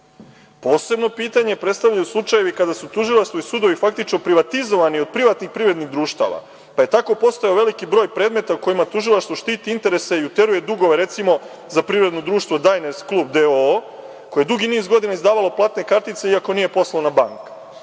pitanje predstavljaju slučajevi kada su tužilaštvo i sudovi faktički privatizovani od privatnih privrednih društva, pa je tako postojao veliki broj predmeta u kojima tužilaštvo štiti interese i uteruje dugove, recimo za privredno društvo „Dajners klub“ d.o.o koje je dugi niz godina izdavalo platne kartice iako nije poslovna banka.